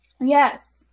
Yes